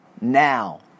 now